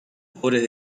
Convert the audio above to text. pobres